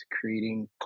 creating